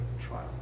trial